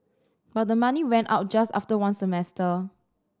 but the money ran out just after one semester